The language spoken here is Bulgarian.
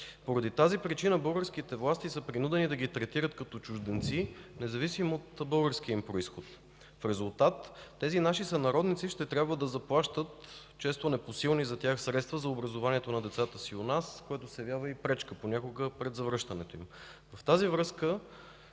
Поради тази причина българските власти са принудени да ги третират като чужденци, независимо от българския им произход. В резултат тези наши сънародници ще трябва да заплащат често непосилни за тях средства за образованието на децата си у нас, което се явява и пречка понякога пред завръщането им. В тази връзка,